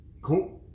Cool